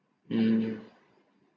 mm